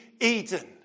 Eden